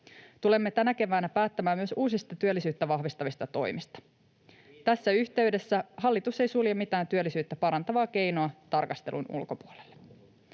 Tulemme tänä keväänä päättämään myös uusista työllisyyttä vahvistavista toimista. [Timo Heinonen: Niitä odotellessa!] Tässä yhteydessä hallitus ei sulje mitään työllisyyttä parantavaa keinoa tarkastelun ulkopuolelle.